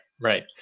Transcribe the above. right